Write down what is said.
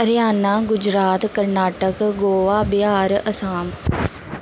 Haryana Gujarat Karnataka Goa Bihar Assam